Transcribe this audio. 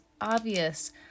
obvious